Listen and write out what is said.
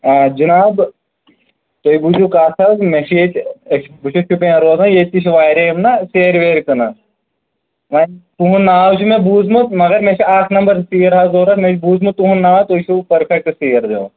آ جِناب تُہۍ بوٗزِو اکھ کَتھ مےٚ چھُ ییٚتہِ أسۍ چھِ بہٕ چھُس شُپین روزان ییٚتہِ تہِ چھِ واریاہ یِم نا سیرِ ویرِ کٕنان وَن تُہُنٛد ناو چھُ مےٚ بوٗزمُت مَگر مےٚ چھُ اکھ نَمبر سیٖر حظ ضروٗرت مےٚ چھُ بوٗزمُت تُہُنٛد ناو تُہۍ چھِو پٔرفیٚکٹ سیٖر دِوان